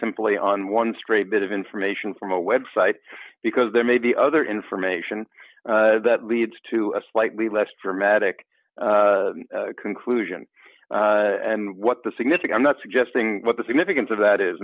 simply on one straight bit of information from a website because there may be other information that leads to a slightly less dramatic conclusion and what the significant not suggesting what the significance of that is